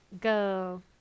go